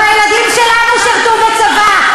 גם הילדים שלנו שירתו בצבא.